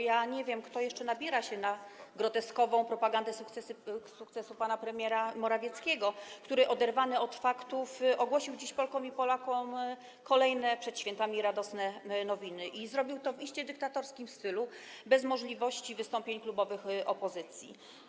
Ja nie wiem, kto jeszcze nabiera się na groteskową propagandę sukcesu pana premiera Morawieckiego, który w oderwaniu od faktów ogłosił dziś Polkom i Polakom kolejne przed świętami radosne nowiny i zrobił to w iście dyktatorskim stylu, bez możliwości wystąpień klubowych opozycji.